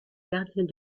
gardiens